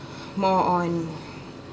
more on